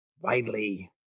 widely